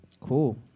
Cool